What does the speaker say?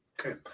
Okay